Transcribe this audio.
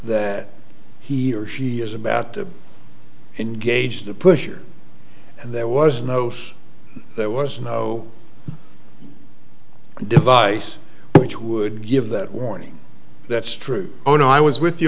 that he or she is about to engage the pusher and there was no there was no device which would give that warning that's true oh no i was with you